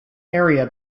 area